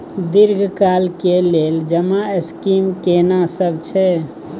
दीर्घ काल के लेल जमा स्कीम केना सब छै?